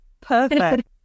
Perfect